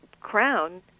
Crown